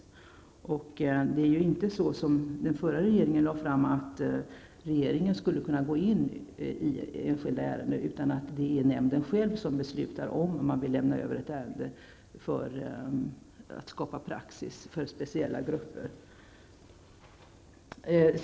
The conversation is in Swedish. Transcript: Det skall inte vara på det sättet som den förra regeringen föreslog, nämligen att regeringen skall kunna gå in i enskilda ärenden, utan det är nämnden själv som skall besluta om den vill lämna över ett ärende för skapa praxis för speciella grupper.